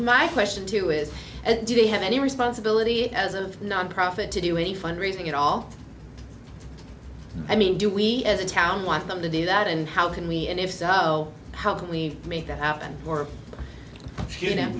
my question to you is do they have any responsibility as a nonprofit to do any fund raising at all i mean do we as a town want them to do that and how can we and if so how can we make that happen or you know